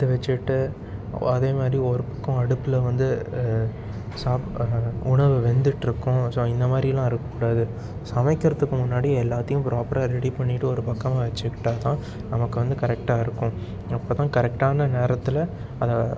எடுத்து வச்சிட்டு அதே மாதிரி ஒரு பக்கம் அடுப்பில் வந்து சாப் உணவு வெந்துட்டுருக்கும் ஸோ இந்த மாதிரியில்லாம் இருக்கக் கூடாது சமைக்கிறதுக்கு முன்னாடி எல்லாத்தேயும் ப்ராப்பராக ரெடி பண்ணிகிட்டு ஒரு பக்கமாக வச்சிக்கிட்டால் தான் நமக்கு வந்து கரெக்டாக இருக்கும் அப்போத்தான் கரெக்டான நேரத்தில் அதை